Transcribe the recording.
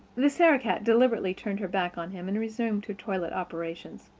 the sarah-cat deliberately turned her back on him and resumed her toilet operations.